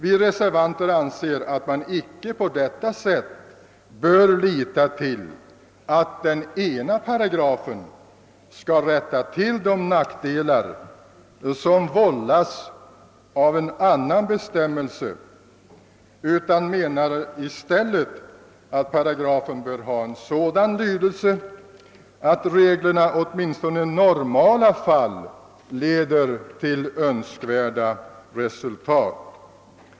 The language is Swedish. Vi reservanter anser att man icke på detta sätt bör lita till att en paragraf skall rätta till de nackdelar som vållas av en annan paragraf utan menar i stället att paragrafen bör ha en sådan lydelse, att reglerna åtminstone i normala fall l1eder till önskvärda resultat.